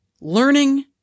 Learning